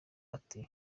ati